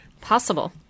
Possible